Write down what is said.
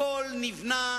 הכול נבנה